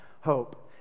hope